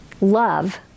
love